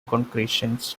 concretions